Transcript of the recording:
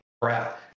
crap